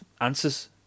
answers